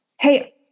Hey